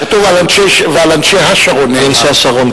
כתוב "ועל אנשי השרון נאמר".